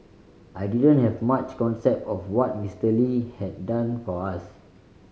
I didn't have much concept of what Mister Lee had done for us